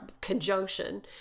conjunction